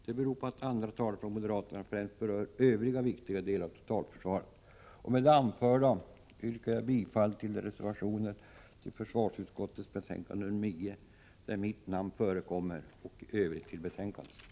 Det beror på att andra talare från moderaterna främst berör övriga viktiga delar av totalförsvaret. Med det anförda yrkar jag bifall till de reservationer till försvarsutskottets betänkande nr 9 där mitt namn förekommer och i övrigt till utskottets hemställan.